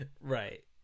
Right